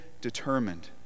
determined